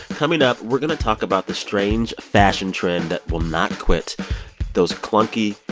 coming up, we're going to talk about the strange fashion trend that will not quit those clunky,